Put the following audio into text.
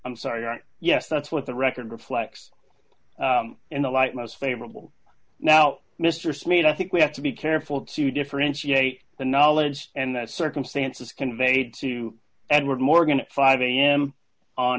i'm sorry i yes that's what the record reflects in the light most favorable now mr smeaton i think we have to be careful to differentiate the knowledge and that circumstance is conveyed to edward morgan at five am on